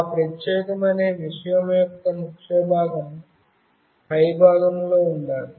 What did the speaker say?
ఆ ప్రత్యేకమైన విషయం యొక్క ముఖ్యభాగం పైభాగంలో ఉండాలి